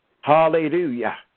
Hallelujah